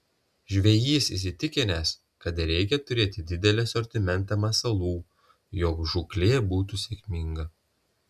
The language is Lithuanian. žvejys įsitikinęs kad reikia turėti didelį asortimentą masalų jog žūklė būtų sėkminga